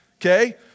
Okay